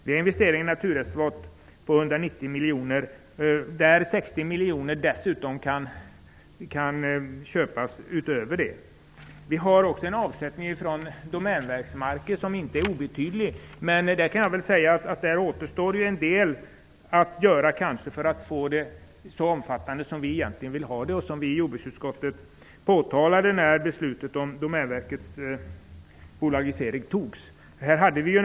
Vi gör investeringar i naturreservat på 190 miljoner, och 60 miljoner kan tillkomma utöver det. Domänverksmarker ger också en avsättning som inte är obetydlig. Det återstår en del att göra för att få arbetet så omfattande som vi egentligen vill ha det. Jordbruksutskottet påpekade detta när beslutet om Domänverkets bolagisering fattades.